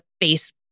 face